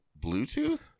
Bluetooth